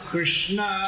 Krishna